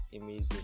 amazing